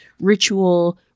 ritual